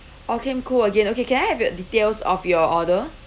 oh came cold again okay can I have your details of your order